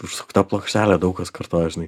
užsukta plokštelė daug kas kartoja žinai